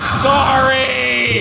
sorry!